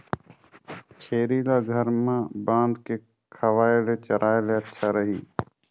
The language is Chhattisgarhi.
छेरी ल घर म बांध के खवाय ले चराय ले अच्छा रही?